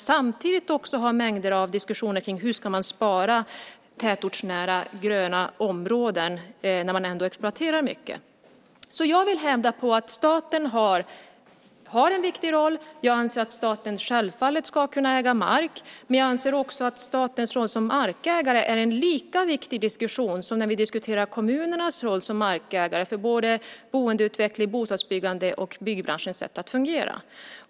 Samtidigt förs det ju mängder av diskussioner kring hur man ska spara tätortsnära gröna områden när man exploaterar mycket. Jag vill hävda att staten har en viktig roll. Jag anser att staten självfallet ska kunna äga mark. Men jag anser också att det är lika viktigt att diskutera statens roll som markägare som att vi diskuterar kommunernas roll som markägare för både boendeutveckling, bostadsbyggande och byggbranschens sätt att fungera.